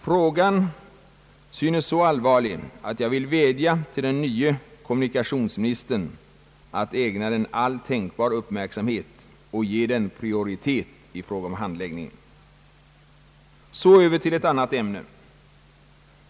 Frågan synes så allvarlig att jag vill vädja till den nye kommunikationsministern att ägna den all tänkbar uppmärksamhet och ge den prioritet i fråga om handläggningen. Så över till ett annat ämne.